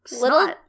little